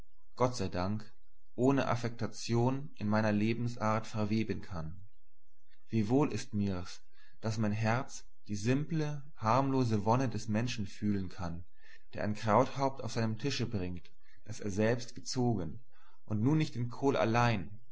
gott sei dank ohne affektation in meine lebensart verweben kann wie wohl ist mir's daß mein herz die simple harmlose wonne des menschen fühlen kann der ein krauthaupt auf seinen tisch bringt das er selbst gezogen und nun nicht den kohl allein